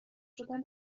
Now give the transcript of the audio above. شدن